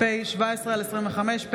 פ/17/25,